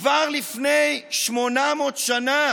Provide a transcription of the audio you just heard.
כבר לפני 800 שנה,